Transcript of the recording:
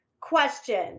question